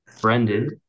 Brendan